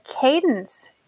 cadence